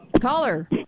Caller